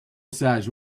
massage